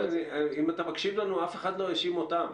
אם אתה מקשיב לנו, אף אחד לא האשים אותם.